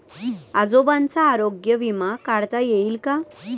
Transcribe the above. आजोबांचा आरोग्य विमा काढता येईल का?